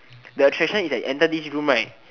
the attraction is like you enter this room right